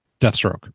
Deathstroke